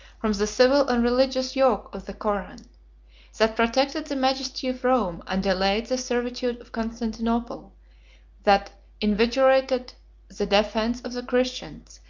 from the civil and religious yoke of the koran that protected the majesty of rome, and delayed the servitude of constantinople that invigorated the defence of the christians,